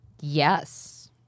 Yes